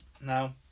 now